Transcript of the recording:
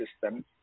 system